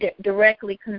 directly